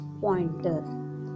pointer